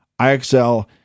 IXL